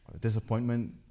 Disappointment